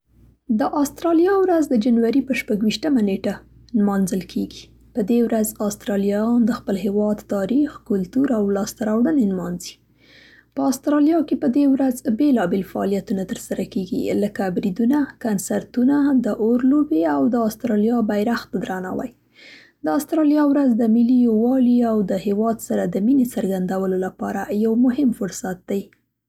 د آسترالیا ورځ د جنوري په ۲۶مه نېټه نمانځل کیږي. په دې ورځ، آسترالیایان د خپل هېواد تاریخ، کلتور او لاسته راوړنې نمانځي. په آسټرالیا کې په دې ورځ بېلابېل فعالیتونه ترسره کیږي، لکه پریډونه، کنسرتونه، د اور لوبې او د آسټرالیا بیرغ ته درناوی. د آسترالیا ورځ د ملي یووالي او د هېواد سره د مینې څرګندولو لپاره یو مهم فرصت دی